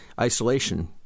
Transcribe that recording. isolation